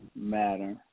matter